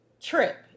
trip